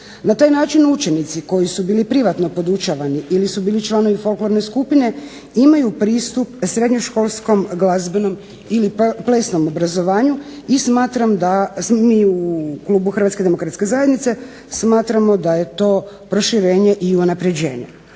Na taj način učenici koji su bili privatno podučavani ili su bili članovi folklorne skupine imaju pristup srednjoškolskom glazbenom ili plesnom obrazovanju i smatram da, mi u klubu Hrvatske demokratske zajednice smatramo da je to proširenje i unapređenje.